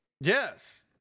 Yes